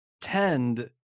tend